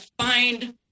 find